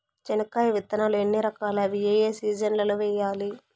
చెనక్కాయ విత్తనాలు ఎన్ని రకాలు? అవి ఏ ఏ సీజన్లలో వేయాలి?